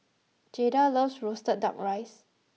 Jaeda loves Roasted Duck Rice